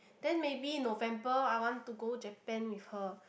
then maybe November I want to go Japan with her